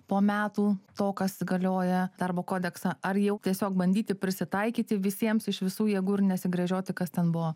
po metų to kas galioja darbo kodeksą ar jau tiesiog bandyti prisitaikyti visiems iš visų jėgų ir nesigręžioti kas ten buvo